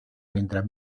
mientras